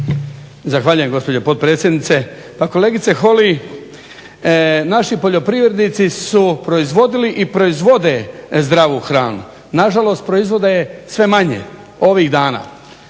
Zahvaljujem gospođo potpredsjednice. Pa kolegice Holy, naši poljoprivrednici su proizvodili i proizvode zdravu hranu, nažalost proizvode je sve manje ovih dana,